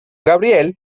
gabriel